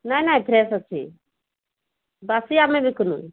ନାଇଁ ନାଇଁ ଫ୍ରେଶ୍ ଅଛି ବାସି ଆମେ ବିକୁୁନୁ